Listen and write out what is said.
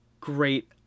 great